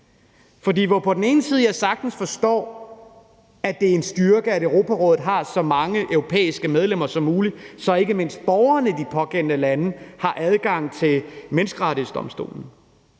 jeg på den ene side sagtens forstår, at det er en styrke, at Europarådet har så mange europæiske medlemmer som muligt, så ikke mindst borgerne i de pågældende lande har adgang til Menneskerettighedsdomstolen,